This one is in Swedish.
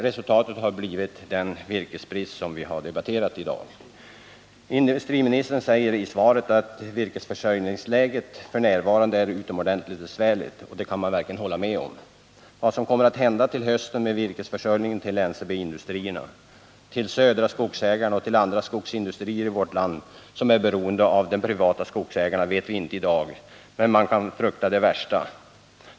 Resultatet har blivit den virkesbrist som vi har debatterat här i dag. Industriministern säger i svaret att virkesförsörjningsläget f. n. är utomordentligt besvärligt, och det kan man verkligen hålla med om. Vad som kommer att hända till hösten med virkesförsörjningen till NCB-industrierna. till Södra Skogsägarna och till andra skogsindustrier i vårt land som är beroende av de privata skogsägarna vet vi inte i dag, men man kan frukta det värsta.